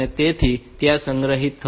તેથી તે ત્યાં સંગ્રહિત થશે